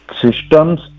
systems